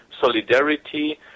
solidarity